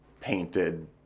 painted